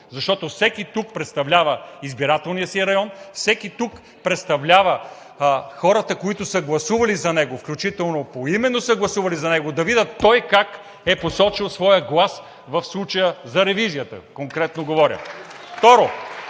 защото всеки тук представлява избирателния си район, всеки тук представлява хората, които са гласували за него, включително поименно са гласували за него, да видят кой как е посочил своя глас, в случая – говоря конкретно за ревизията.